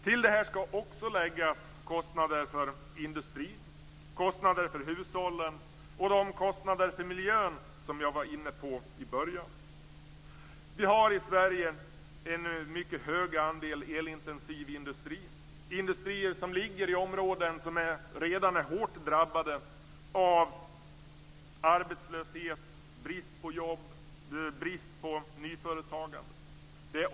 Till det här ska också läggas kostnader för industri, kostnader för hushållen och de kostnader för miljön som jag var inne på i början. Vi har i Sverige en mycket hög andel elintensiv industri. Den ligger i områden som redan är hårt drabbade av arbetslöshet, brist på jobb och brist på nyföretagande.